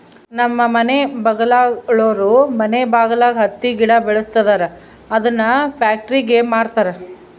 ನಮ್ಮ ಮನೆ ಬಗಲಾಗುಳೋರು ಮನೆ ಬಗಲಾಗ ಹತ್ತಿ ಗಿಡ ಬೆಳುಸ್ತದರ ಅದುನ್ನ ಪ್ಯಾಕ್ಟರಿಗೆ ಮಾರ್ತಾರ